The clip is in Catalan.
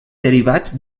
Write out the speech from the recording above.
derivats